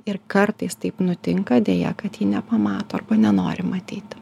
ir kartais taip nutinka deja kad ji nepamato arba nenori matyti